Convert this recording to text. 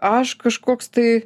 aš kažkoks tai